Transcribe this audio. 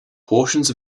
portions